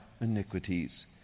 iniquities